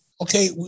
Okay